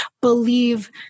believe